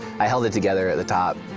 i held it together at the top,